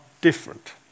different